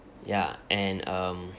ya and um